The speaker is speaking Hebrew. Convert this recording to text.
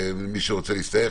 מי שרוצה להסתייג,